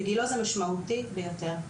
בגילו זה משמעותי ביותר.